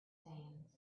sands